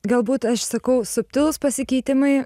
galbūt aš sakau subtilūs pasikeitimai